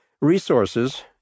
resources